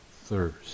thirst